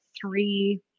three